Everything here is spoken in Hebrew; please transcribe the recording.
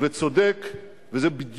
ומתקשים לסגור את החודש.